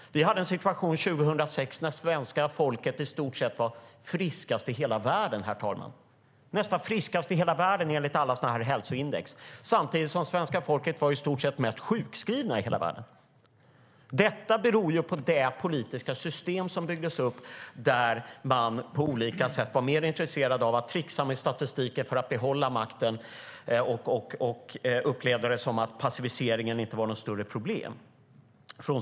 Vi hade en situation 2006 när svenska folket var nästan friskast i hela världen, herr talman, enligt alla hälsoindex, samtidigt som svenska folket var i stort sett mest sjukskrivna i hela världen. Detta berodde på det politiska system som byggdes upp där man från Socialdemokraternas sida var mer intresserad av att tricksa med statistiken för att behålla makten och upplevde att passiviseringen inte var något större problem.